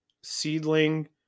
Seedling